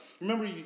Remember